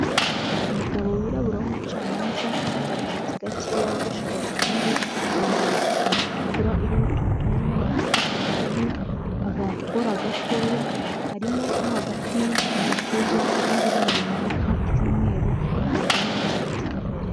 Umugabo wirabura w'umucamanza, ufite agasatsi gakeya, wogoshe orodineri, yambaye ikanzu itukura irimo utuntu tumeze nk'amapeti ku rutugu, agakora gatoya karimo mo hagati mu gatuza, irindi bara rimanuka ry'umweru, yambayemo n'ishati imbere.